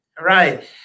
right